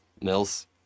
mills